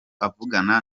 avugana